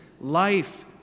life